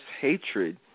hatred